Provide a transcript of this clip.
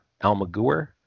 Almaguer